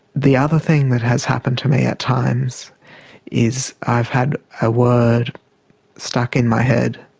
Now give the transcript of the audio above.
the other thing that has happened to me at times is i've had a word stuck in my head,